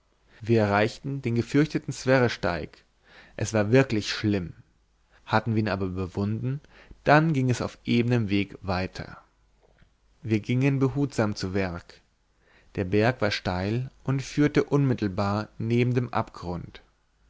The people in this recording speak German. wir erreichten den gefürchteten sverresteig er war wirklich schlimm hatten wir ihn aber überwunden dann ging es auf ebenem weg weiter wir gingen behutsam zu werk der berg war steil und führte unmittelbar neben dem abgrund